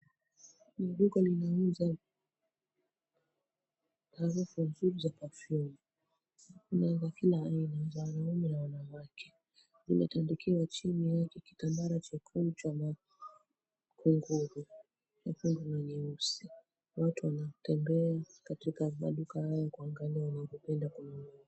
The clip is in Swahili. Ni duka linauza harufu nzuri za perfume na za kila aina za wanaume na wanawake. Limetandikiwa chini yake kitambara chekunde na nyeusi. Watu wanatembea katika maduka haya kuangalia wanavyopenda kununua.